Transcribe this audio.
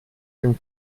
den